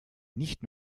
nicht